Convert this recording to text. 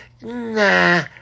nah